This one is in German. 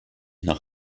nach